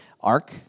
ark